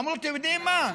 ואמרו: אתם יודעים מה,